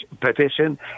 petition